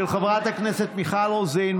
של חברות הכנסת מיכל רוזין,